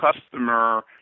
customer